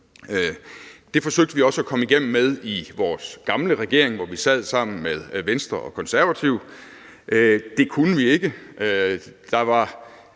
Det forsøgte vi også at komme igennem med i vores gamle regering, hvor vi sad sammen med Venstre og Konservative. Det kunne vi ikke.